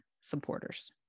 supporters